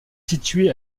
située